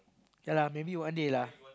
yea lah maybe one day lah